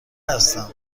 هستم